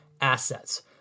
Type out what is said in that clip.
assets